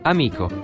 Amico